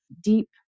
deep